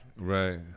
Right